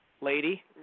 lady